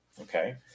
Okay